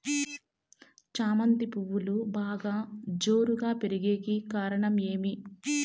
చామంతి పువ్వులు బాగా జోరుగా పెరిగేకి కారణం ఏమి?